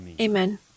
Amen